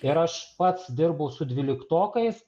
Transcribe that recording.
ir aš pats dirbau su dvyliktokais